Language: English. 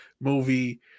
movie